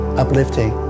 uplifting